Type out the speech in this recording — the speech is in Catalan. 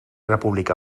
republicà